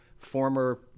former